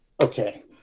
Okay